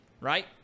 right